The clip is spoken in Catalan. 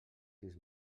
sis